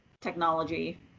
technology